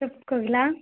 చెప్పు కోకిల